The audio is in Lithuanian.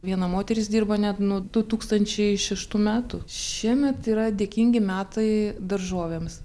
viena moteris dirba net nuo du tūkstančiai šeštų metų šiemet yra dėkingi metai daržovėms